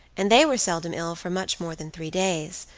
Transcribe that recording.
and they were seldom ill for much more than three days,